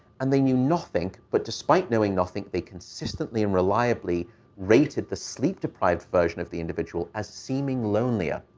and they knew nothing. but despite knowing nothing, they consistently and reliably rated the sleep-deprived version of the individual as seeming lonelier.